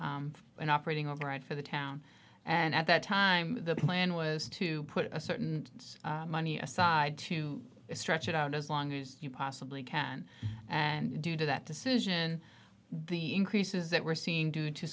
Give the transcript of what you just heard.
an operating override for the town and at that time the plan was to put certain money aside to stretch it out as long as you possibly can and due to that decision the increases that we're seeing due to